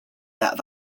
that